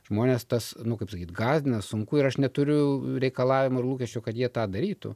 žmones tas nu kaip sakyt gąsdina sunku ir aš neturiu reikalavimų ir lūkesčių kad jie tą darytų